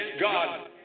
God